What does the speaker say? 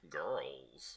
girls